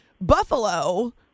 Buffalo